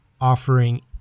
offering